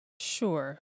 sure